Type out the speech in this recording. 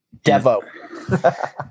Devo